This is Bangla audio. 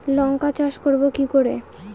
লঙ্কা চাষ করব কি করে?